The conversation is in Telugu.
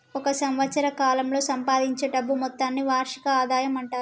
ఒక సంవత్సరం కాలంలో సంపాదించే డబ్బు మొత్తాన్ని వార్షిక ఆదాయం అంటారు